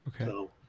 okay